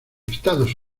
estados